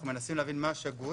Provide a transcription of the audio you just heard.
אנחנו מנסים להבין מה שגוי